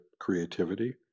creativity